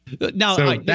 Now